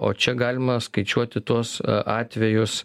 o čia galima skaičiuoti tuos atvejus